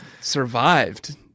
survived